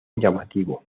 llamativo